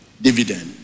Dividend